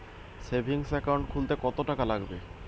Savings account খুলতে কতটাকা লাগবে?